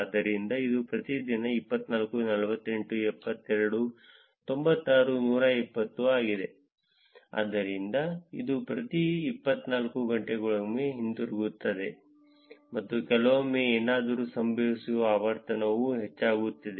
ಆದ್ದರಿಂದ ಇದು ಪ್ರತಿದಿನ 24 48 72 96 120 ಆಗಿದೆ ಆದ್ದರಿಂದ ಇದು ಪ್ರತಿ 24 ಗಂಟೆಗಳಿಗೊಮ್ಮೆ ಹಿಂತಿರುಗುತ್ತದೆ ಮತ್ತು ಕೆಲವೊಮ್ಮೆ ಏನಾದರೂ ಸಂಭವಿಸುವ ಆವರ್ತನವೂ ಹೆಚ್ಚಾಗುತ್ತದೆ